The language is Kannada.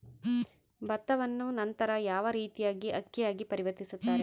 ಭತ್ತವನ್ನ ನಂತರ ಯಾವ ರೇತಿಯಾಗಿ ಅಕ್ಕಿಯಾಗಿ ಪರಿವರ್ತಿಸುತ್ತಾರೆ?